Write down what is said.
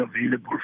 available